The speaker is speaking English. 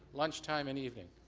lunchtime and evening.